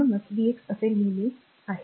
म्हणूनच vx असे लिहिले आहे